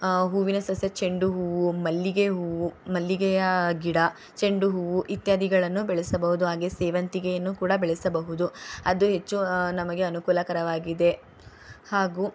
ಹೂವಿನ ಸಸ್ಯ ಚೆಂಡು ಹೂವು ಮಲ್ಲಿಗೆ ಹೂವು ಮಲ್ಲಿಗೆಯ ಗಿಡ ಚೆಂಡು ಹೂವು ಇತ್ಯಾದಿಗಳನ್ನು ಬೆಳೆಸಬಹುದು ಹಾಗೆ ಸೇವಂತಿಗೆಯನ್ನು ಕೂಡ ಬೆಳೆಸಬಹುದು ಅದು ಹೆಚ್ಚು ನಮಗೆ ಅನುಕೂಲಕರವಾಗಿದೆ ಹಾಗೂ